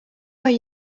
where